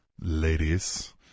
Ladies